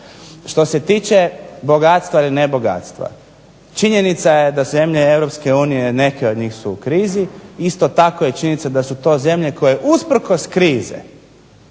Što se tiče bogatstva ili nebogatstva – činjenica je da zemlje EU neke od njih su u krizi, isto tako je činjenica da su to zemlje koje usprkos krize